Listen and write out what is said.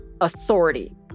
authority